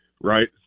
right